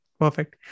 Perfect